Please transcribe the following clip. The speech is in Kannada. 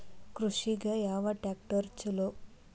ಕೃಷಿಗ ಯಾವ ಟ್ರ್ಯಾಕ್ಟರ್ ಛಲೋ?